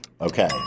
Okay